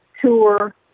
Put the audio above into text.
tour